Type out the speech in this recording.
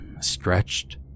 stretched